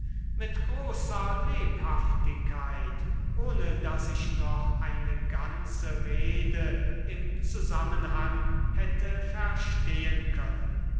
mit großer lebhaftigkeit ohne daß ich noch eine ganze rede im zusammenhang hätte verstehen können